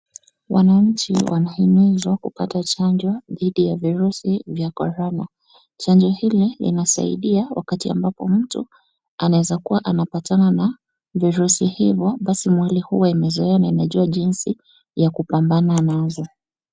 Wananchi wanahimizwa kupata chanjo dhidi ya virusi vya corona . Chanjo hile linasaidia wakati ambapo mtu, anaeza kuwa anapatana na virusi hivo basi mwili huwa imezoea na imejua jinsi ya kupambana nazo.